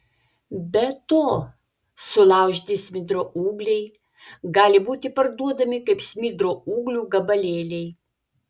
be to sulaužyti smidro ūgliai gali būti parduodami kaip smidro ūglių gabalėliai